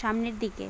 সামনের দিকে